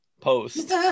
post